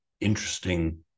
interesting